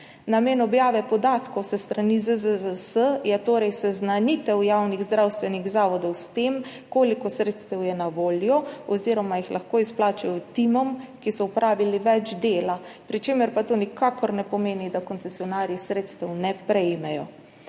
Namen objave podatkov s strani ZZZS je torej seznanitev javnih zdravstvenih zavodov s tem, koliko sredstev je na voljo oziroma jih lahko izplačajo timom, ki so opravili več dela, pri čemer pa to nikakor ne pomeni, da koncesionarji sredstev ne prejmejo.